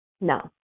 No